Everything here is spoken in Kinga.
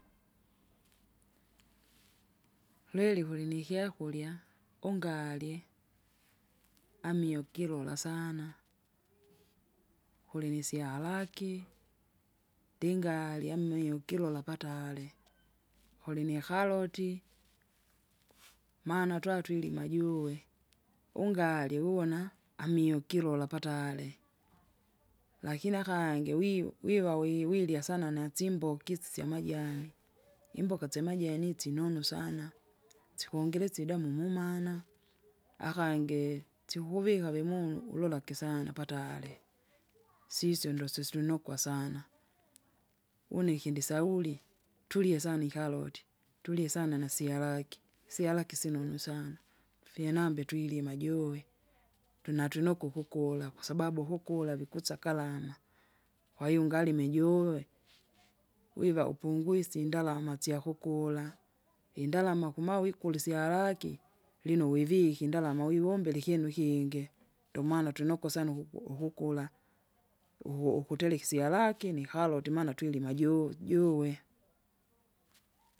Lweri kulini kyakurya, ungarye amio ukilula sana, kulinisyalaki, ndingarya amiukilola patare, kulini karoti, maana twatwilima juwe. ungalya uwona, amwukilola patare, lakini akangi wiwo- wiwawilya nasimboka isi isyamajani, imboka syamajani itsi nonu sana sikongeresya idamu mumana, akangi sikukivika vimunu ulolake sana patere, sisya ndosisunokwa, une ikindi sauri, turye sana ikaroti, tulye sana nasyalaki syalaki senunu sana. Fyenambe twilima juwe, tunatunoku kukula kwasababu kukula vikutsa kalama, kwahiyo ungalime juwe, wiwa upungwisye indalama syakukula, indalama kumawiko kula isyalaki, lino uwiviki indalama wiwombile ikyinu ikingi. Ndomana twinoko sana ukuku- ukukula, uku- ukutereka isyalaki nikaroti maana twilima ju- juwe.